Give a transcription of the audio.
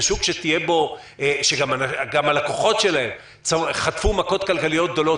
בשוק שבו גם הלקוחות שלהם חטפו מכות כלכליות גדולות,